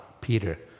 Peter